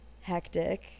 hectic